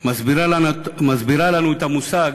מסבירה לנו את המושג